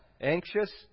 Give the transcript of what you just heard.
Anxious